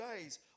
days